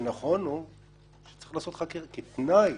שכתנאי